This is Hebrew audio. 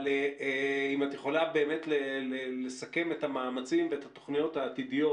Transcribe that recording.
אבל את יכולה באמת לסכם את המאמצים ואת התוכניות העתידיות